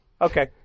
Okay